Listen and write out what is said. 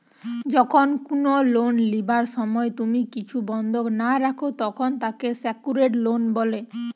যখন কুনো লোন লিবার সময় তুমি কিছু বন্ধক না রাখো, তখন তাকে সেক্যুরড লোন বলে